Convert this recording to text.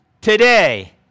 today